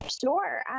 Sure